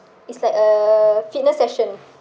it's like a fitness session